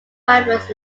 ravens